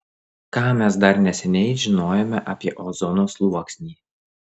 ką mes dar neseniai žinojome apie ozono sluoksnį